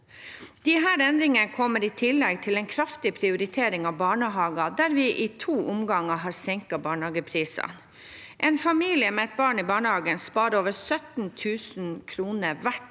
Disse endringene kommer i tillegg til en kraftig prioritering av barnehager, der vi i to omganger har senket barnehageprisene. En familie med et barn i barnehagen sparer over 17 000 kr hvert